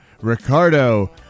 Ricardo